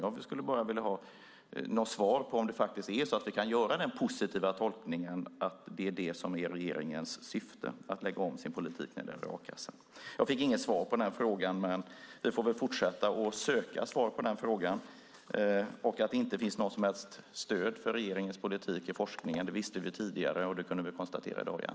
Jag skulle bara vilja ha ett svar på om det faktiskt är så att vi kan göra den positiva tolkningen att det är det som är regeringens syfte - att lägga om sin politik när det gäller a-kassan. Jag fick inget svar på den frågan. Vi får väl fortsätta att söka svar på den frågan. Att det inte finns något som helst stöd i forskningen för regeringens politik visste vi tidigare, och det kunde vi konstatera i dag igen.